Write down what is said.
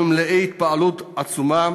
אנחנו מלאים התפעלות עצומה.